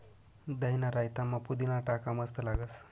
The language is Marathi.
दहीना रायतामा पुदीना टाका मस्त लागस